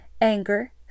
anger